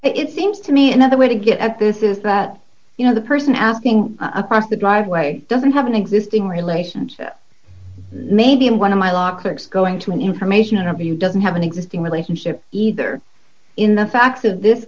well it seems to me another way to get at this is that you know the person asking across the driveway doesn't have an existing relationship maybe in one of my lockers going to an information interview doesn't have an existing relationship either in the facts of this